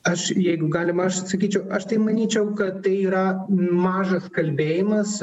aš jeigu galima aš sakyčiau aš tai manyčiau kad tai yra mažas kalbėjimas